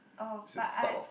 oh but I